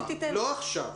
לא עכשיו.